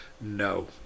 No